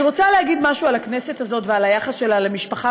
אני רוצה להגיד משהו על הכנסת הזאת ועל היחס שלה למשפחה,